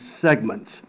segments